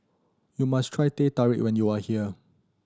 you must try Teh Tarik when you are here